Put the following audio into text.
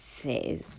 says